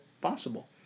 possible